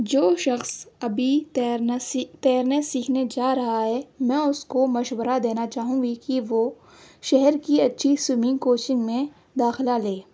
جو شخص ابھی تیرنا سی تیرنا سیکھنے جا رہا ہے میں اس کو مشورہ دینا چاہوں گی کہ وہ شہر کی اچھی سوئمنگ کوچنگ میں داخلہ لے